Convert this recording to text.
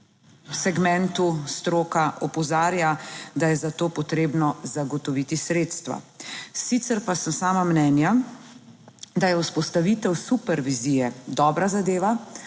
segmentu stroka opozarja, da je za to potrebno zagotoviti sredstva. Sicer pa sem sama mnenja, da je vzpostavitev supervizije dobra zadeva,